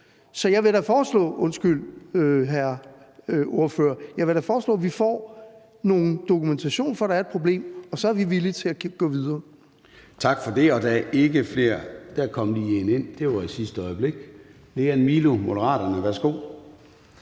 Men jeg vil da foreslå, at vi får noget dokumentation for, at der er et problem, og så er vi villige til at gå videre.